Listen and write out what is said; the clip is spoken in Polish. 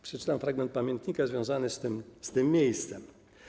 Przeczytam fragment pamiętnika związany z tym miejscem.